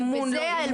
אמון לא אמון --- לא,